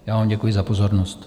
Já vám děkuji za pozornost.